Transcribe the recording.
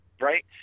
Right